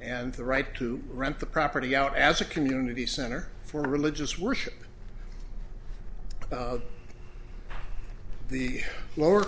and the right to rent the property out as a community center for religious worship of the lower